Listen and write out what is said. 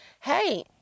hey